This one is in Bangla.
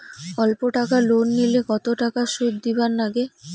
অল্প টাকা লোন নিলে কতো টাকা শুধ দিবার লাগে?